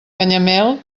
canyamel